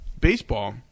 baseball